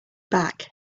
back